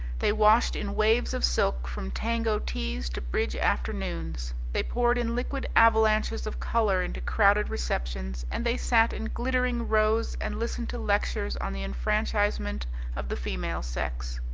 they washed in waves of silk from tango teas to bridge afternoons. they poured in liquid avalanches of colour into crowded receptions, and they sat in glittering rows and listened to lectures on the enfranchisement of the female sex.